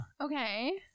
Okay